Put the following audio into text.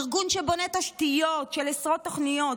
ארגון שבונה תשתיות של עשרות תוכניות,